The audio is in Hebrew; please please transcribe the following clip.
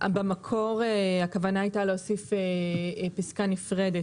במקור הכוונה הייתה להוסיף פסקה נפרדת.